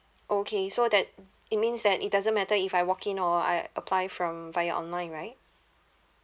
okay so that it means that it doesn't matter if I walk in or I apply from via online right